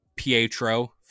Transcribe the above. Pietro